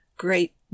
Great